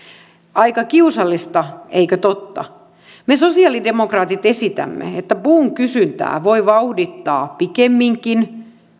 aika kiusallista eikö totta me sosialidemokraatit esitämme että puun kysyntää voi vauhdittaa pikemminkin